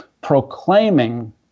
proclaiming